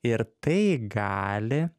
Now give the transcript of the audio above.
ir tai gali